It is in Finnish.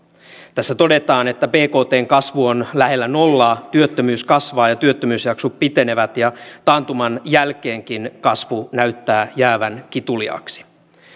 tässä todetaan että bktn kasvu on lähellä nollaa työttömyys kasvaa ja työttömyysjaksot pitenevät ja taantuman jälkeenkin kasvu näyttää jäävän kituliaaksi